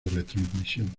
retransmisión